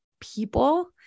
people